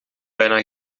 bijna